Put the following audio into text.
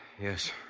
Yes